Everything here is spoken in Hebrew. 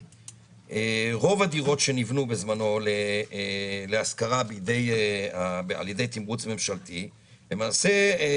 שרוב הדירות שנבנו בזמנו להשכרה על ידי תמרוץ ממשלתי יכלו